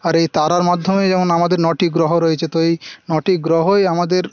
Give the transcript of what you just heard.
আর এই তারার মাধ্যমেই যেমন আমাদের নটি গ্রহ রয়েছে তো এই নটি গ্রহই আমাদের